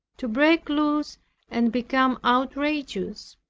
to break loose and become outrageous.